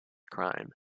crime